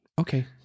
Okay